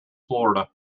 florida